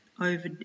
over